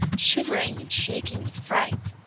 shivering and shaking with fright.